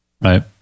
right